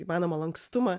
įmanomą lankstumą